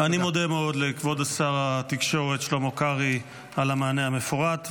אני מודה מאוד לכבוד שר התקשורת שלמה קרעי על המענה המפורט.